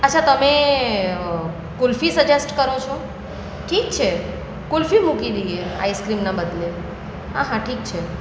અચ્છા તમે કુલ્ફી સજેસ્ટ કરો છો ઠીક છે કુલ્ફી મૂકી દઈએ આઈસ્ક્રીમના બદલે હા હા ઠીક છે